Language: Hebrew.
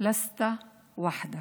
לסת וחדק,